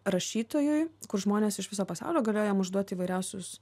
rašytojui kur žmonės iš viso pasaulio galėjo jam užduot įvairiausius